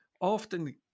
often